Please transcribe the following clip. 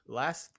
last